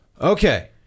Okay